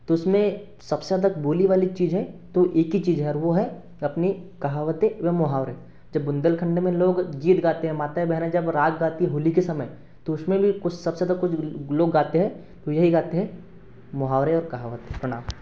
तो उसमें सबसे ज्यादा बोली वाली चीजें तो एक ही चीज है और वो है अपनी कहावतें एवं मोहावरे जब बुंदेलखंड में लोग गीत गाते हैं माताएँ बहनें जब राग गाती हैं होली के समय तो उसमें भी कुछ सबसे जादा कुछ लोग गाते हैं तो यही गाते हैं मोहावरे और कहावतें प्रणाम